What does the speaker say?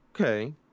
Okay